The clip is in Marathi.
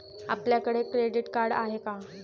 आपल्याकडे क्रेडिट कार्ड आहे का?